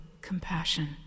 compassion